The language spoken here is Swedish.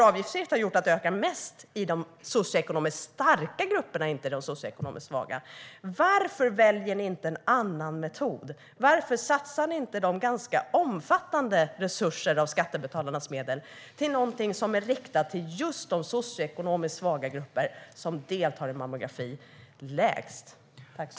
Avgiftsfritt har gjort att det ökar mest i de socioekonomiskt starka grupperna och inte i de socioekonomiskt svaga. Varför väljer ni inte en annan metod? Varför satsar ni inte de ganska omfattande resurser av skattebetalarnas medel på någonting som är riktat till just de socioekonomiskt svaga grupper som deltar minst i mammografi?